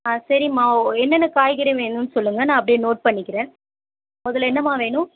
ஆ சரிம்மா ஓ என்னென்ன காய்கறி வேணும்னு சொல்லுங்க நான் அப்படியே நோட் பண்ணிக்கிறேன் முதல்ல என்னம்மா வேணும்